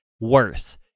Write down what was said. worse